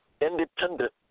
independent